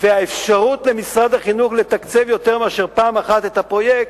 האפשרות למשרד החינוך לתקצב יותר מאשר פעם אחת את הפרויקט,